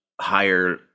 higher